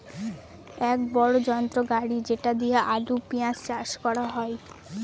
এক বড়ো যন্ত্র গাড়ি যেটা দিয়ে আলু, পেঁয়াজ চাষ করা হয়